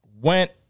went